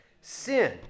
sin